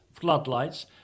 floodlights